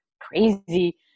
crazy